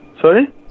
Sorry